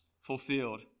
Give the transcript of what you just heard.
fulfilled